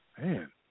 Man